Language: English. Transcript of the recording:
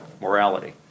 morality